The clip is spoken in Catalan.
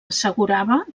assegurava